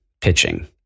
pitching